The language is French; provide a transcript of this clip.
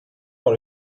par